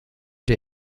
der